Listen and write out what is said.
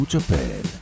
Japan